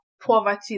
poverty